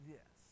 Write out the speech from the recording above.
Yes